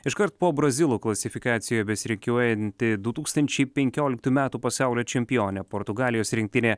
iškart po brazilų klasifikaciją besirikiuojanti du tūkstančiai penkioliktų metų pasaulio čempionė portugalijos rinktinė